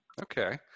Okay